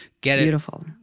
Beautiful